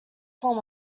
form